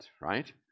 right